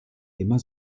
immer